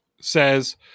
says